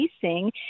facing